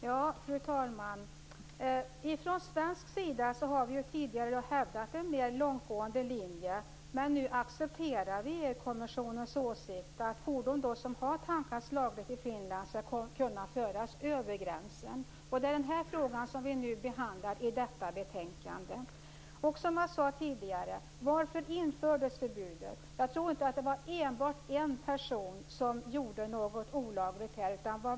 Fru talman! Från svensk sida har vi tidigare hävdat en mer långtgående linje. Men nu accepterar vi EU kommissionens åsikt att fordon som har tankats lagligt i Finland skall kunna föras över gränsen. Och det är den frågan som vi nu behandlar i detta betänkande. Som jag sade tidigare, varför infördes förbudet? Jag tror inte att det var bara en person som gjorde något olagligt.